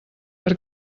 per